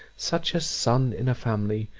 such a sun in a family,